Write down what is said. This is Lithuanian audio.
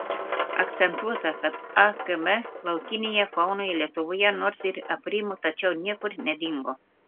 akcentuota kad akm laukinėje faunoje lietuvoje nors ir aprimo tačiau niekur nedingo